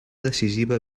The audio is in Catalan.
decisiva